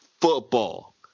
football